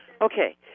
Okay